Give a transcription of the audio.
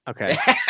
okay